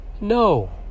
No